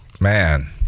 Man